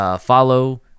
Follow